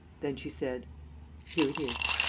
then she said here it is.